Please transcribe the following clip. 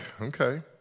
Okay